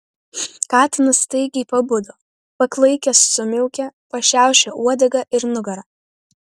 katinas staigiai pabudo paklaikęs sumiaukė pašiaušė uodegą ir nugarą